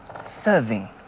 serving